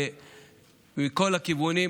מכל הכיוונים.